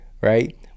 right